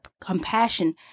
compassion